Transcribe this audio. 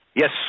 Yes